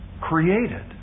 created